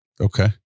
Okay